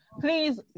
please